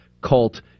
cult